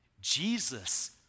jesus